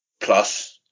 plus